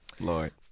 Lord